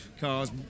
cars